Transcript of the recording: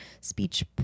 speech